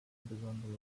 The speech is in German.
besondere